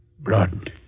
Blood